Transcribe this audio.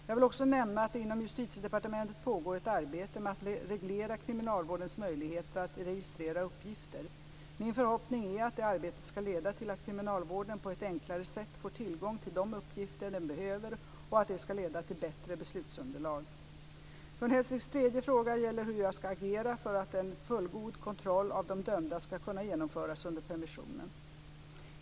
Jag vill också nämna att det inom Justitiedepartementet pågår ett arbete med att reglera kriminalvårdens möjligheter att registrera uppgifter. Min förhoppning är att det arbetet ska leda till att kriminalvården på ett enklare sätt får tillgång till de uppgifter den behöver och att det ska leda till bättre beslutsunderlag. Gun Hellsviks tredje fråga gäller hur jag ska agera för att en fullgod kontroll av de dömda ska kunna genomföras under permission.